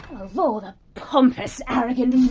so the pompous, arrogant,